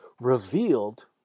revealed